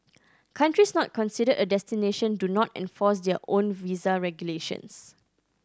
countries not considered a destination do not enforce their own visa regulations